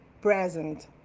present